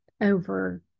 over